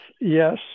Yes